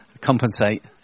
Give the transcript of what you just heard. Compensate